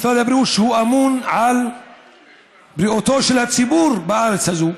ומשרד הבריאות אמון על בריאותו של הציבור בארץ הזו,